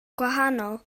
gwahanol